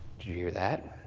did you hear that?